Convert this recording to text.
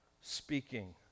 speaking